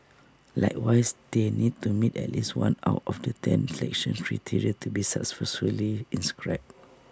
likewise they need to meet at least one out of the ten selection criteria to be successfully inscribed